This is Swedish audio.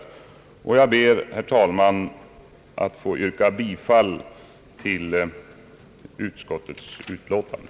Jag ber, herr talman, att få yrka bifall till utskottets betänkande.